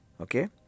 okay